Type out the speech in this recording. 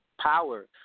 power